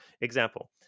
example